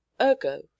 Ergo